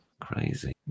Crazy